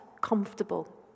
comfortable